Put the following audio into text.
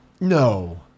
No